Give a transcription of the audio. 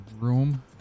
room